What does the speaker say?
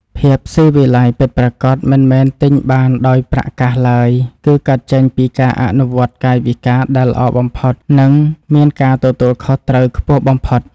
ភាពស៊ីវិល័យពិតប្រាកដមិនមែនទិញបានដោយប្រាក់កាសឡើយ គឺ កើតចេញពីការអនុវត្តកាយវិការដែលល្អបំផុត និង មានការទទួលខុសត្រូវខ្ពស់បំផុត។